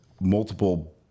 multiple